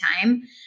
time